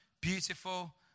beautiful